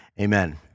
Amen